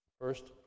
First